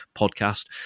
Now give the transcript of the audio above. podcast